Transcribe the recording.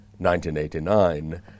1989